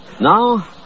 Now